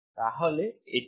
তাহলে এটা কি